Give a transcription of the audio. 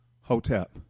Hotep